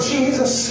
Jesus